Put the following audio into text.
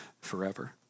forever